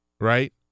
right